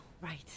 Right